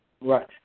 Right